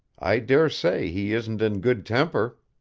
i dare say he isn't in good temper.